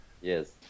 Yes